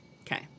Okay